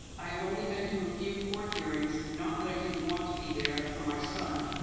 i have only been to a few court hearings. not that i didn't want to be there for my son,